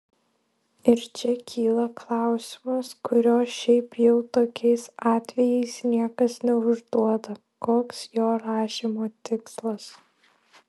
ir čia kyla klausimas kurio šiaip jau tokiais atvejais niekas neužduoda koks jo rašymo tikslas